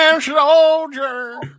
soldier